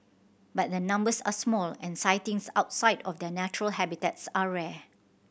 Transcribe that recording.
but the numbers are small and sightings outside of their natural habitats are rare